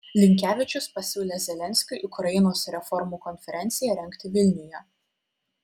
linkevičius pasiūlė zelenskiui ukrainos reformų konferenciją rengti vilniuje